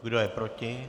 Kdo je proti?